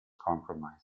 compromised